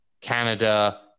Canada